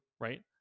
right